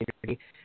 community